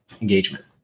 engagement